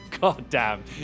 goddamn